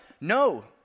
No